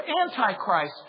Antichrist